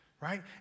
right